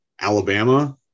Alabama